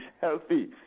healthy